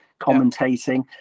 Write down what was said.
commentating